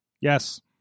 Yes